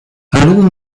allons